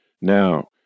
Now